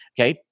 Okay